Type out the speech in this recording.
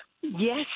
Yes